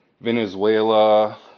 Venezuela